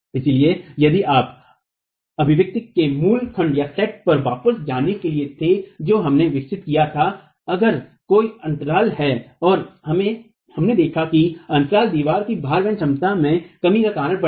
इसलिए यदि आप अभिव्यक्तियों के मूल खंडसेट पर वापस जाने के लिए थे जो हमने विकसित किया था अगर कोई अंतराल है और हमने देखा है कि अंतराल दीवार की भार वहन क्षमता में कमी का कारण बनेगी